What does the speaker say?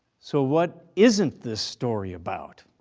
so what isn't this story about?